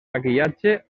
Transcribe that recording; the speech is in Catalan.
maquillatge